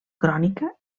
crònica